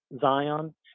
Zion